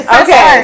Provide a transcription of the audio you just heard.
okay